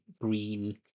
green